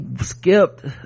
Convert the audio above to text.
skipped